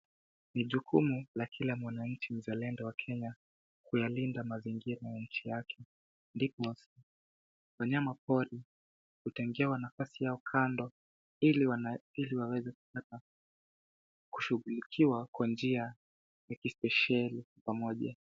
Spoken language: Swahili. Ni jukumu la kila mwana inchi mzalendo wa kenya ,kuyalinda mazingira ya inchi yake. Ndiposa wanyama pori hutengewa nafasi yao kando, ili waweze kupata ,kushughulikiwa kwa njia ya kispesheli pamoja.